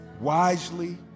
wisely